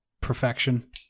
perfection